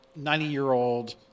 90-year-old